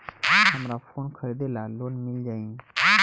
हमरा फोन खरीदे ला लोन मिल जायी?